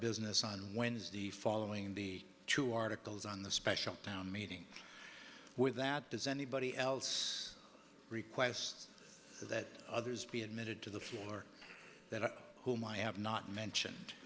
business on wednesday following the two articles on the special town meeting with that does anybody else request that others be admitted to the floor that i whom i have not mentioned